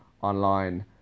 online